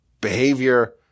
behavior